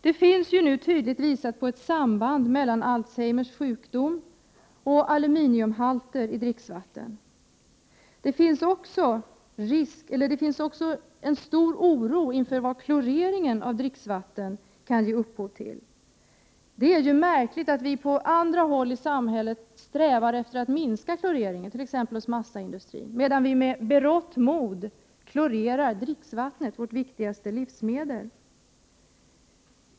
Det har ju påvisats ett tydligt samband mellan Alzheimers sjukdom och aluminiumhalter i dricksvatten. Det finns också en stor oro för vad kloreringen av dricksvatten kan ge upphov till. Märkligt är att vi på andra håll i samhället strävar efter att minska kloreringen, t.ex. inom massaindustrin, medan vi med berått mod klorerar dricksvattnet, som är vårt viktigaste livsmedel.